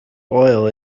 oil